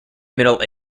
middle